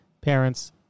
parents